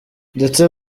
ndetse